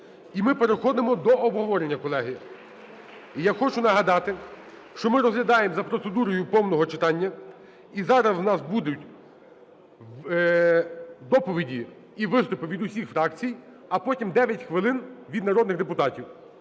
І ми переходимо до обговорення, колеги. І я хочу нагадати, що ми розглядаємо за процедурою повного читання. І зараз у нас будуть доповіді і виступи від усіх фракцій, а потім 9 хвилин від народних депутатів.